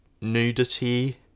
Nudity